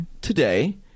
Today